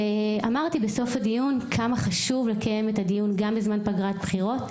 ואמרתי בסוף הדיון כמה חשוב לקיים את הדיון גם בזמן פגרת הבחירות,